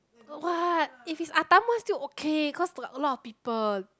what if it is Ah Tham one still okay cause like a lot of people